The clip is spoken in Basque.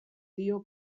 dio